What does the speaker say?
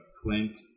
Clint